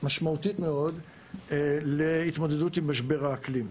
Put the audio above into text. משמעותית מאוד להתמודדות עם משבר האקלים.